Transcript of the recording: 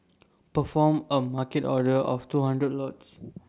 perform A market order of two hundred lots